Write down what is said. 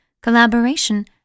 collaboration